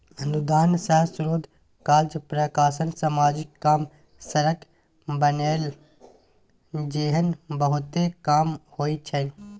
अनुदान सँ शोध कार्य, प्रकाशन, समाजिक काम, सड़क बनेनाइ जेहन बहुते काम होइ छै